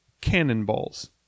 cannonballs